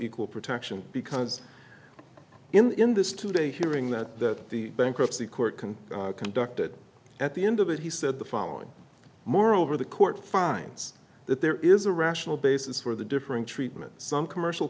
equal protection because in this two day hearing that the bankruptcy court can conduct it at the end of it he said the following moreover the court finds that there is a rational basis for the differing treatment some commercial